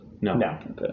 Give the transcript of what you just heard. No